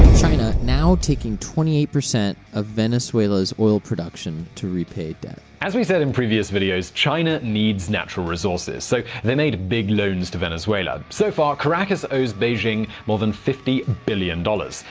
china now taking twenty eight percent of venezuela's oil production to repay debt as we said in previous videos, china needs natural resources. so they made big loans to venezuela. so far, caracas owes beijing more than fifty billion dollars.